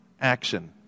action